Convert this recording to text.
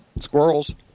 Squirrels